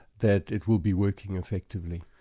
that it will be working effectively.